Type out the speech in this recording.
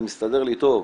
זה מסתדר לי טוב,